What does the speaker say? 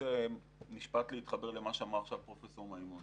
רוצה משפט להתחבר למה שאמר עכשיו פרופ' מימון